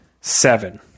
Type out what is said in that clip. seven